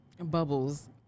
Bubbles